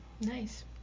nice